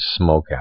Smokeout